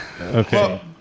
Okay